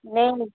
नेईं